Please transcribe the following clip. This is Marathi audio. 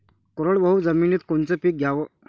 कोरडवाहू जमिनीत कोनचं पीक घ्याव?